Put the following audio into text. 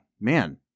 man